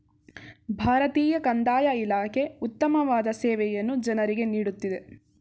ಭಾರತೀಯ ಕಂದಾಯ ಇಲಾಖೆ ಉತ್ತಮವಾದ ಸೇವೆಯನ್ನು ಜನರಿಗೆ ನೀಡುತ್ತಿದೆ